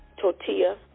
tortilla